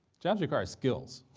jobs require skills,